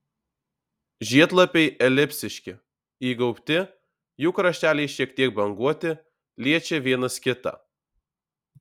žiedlapiai elipsiški įgaubti jų krašteliai šiek tiek banguoti liečia vienas kitą